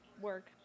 work